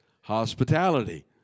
hospitality